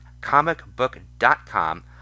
ComicBook.com